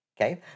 Okay